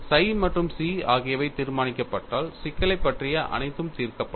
Psi மற்றும் chi ஆகியவை தீர்மானிக்கப்பட்டால் சிக்கலைப் பற்றிய அனைத்தும் தீர்க்கப்படும்